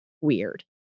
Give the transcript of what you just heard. weird